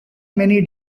many